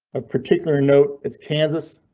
of particular note is kansas.